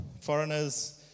foreigners